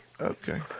Okay